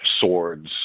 Swords